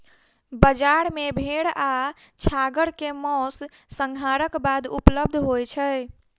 बजार मे भेड़ आ छागर के मौस, संहारक बाद उपलब्ध होय छै